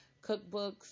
Cookbooks